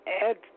add